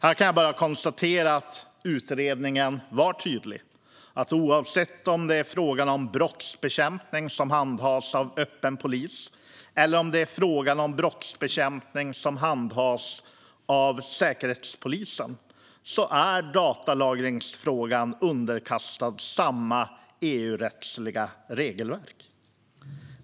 Jag kan bara konstatera att utredningen var tydlig. Oavsett om det är fråga om brottsbekämpning som handhas av öppen polis eller om det är fråga om brottsbekämpning som handhas av Säkerhetspolisen är datalagringsfrågan underkastad samma EU-rättsliga regelverk.